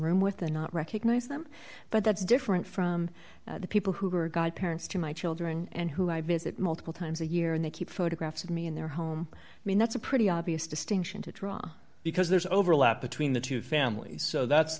room with the not recognize them but that's different from the people who are godparents to my children and who i visit multiple times a year and they keep photographs of me in their home i mean that's a pretty obvious distinction to draw because there's overlap between the two families so that's